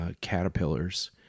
caterpillars